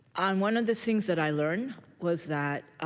um one of the things that i learned was that